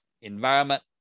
Environment